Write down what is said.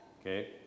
Okay